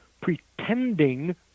pretending